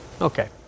Okay